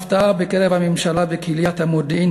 ההפתעה בקרב הממשלה וקהיליית המודיעין,